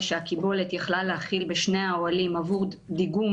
שהקיבולת יכלה להכיל בשני האוהלים עבור דיגום